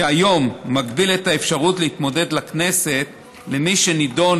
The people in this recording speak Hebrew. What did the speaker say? שהיום מגביל את האפשרות להתמודד לכנסת של מי שנידון